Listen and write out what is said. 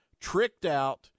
tricked-out